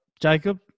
Jacob